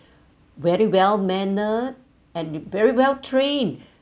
very well mannered and be very well trained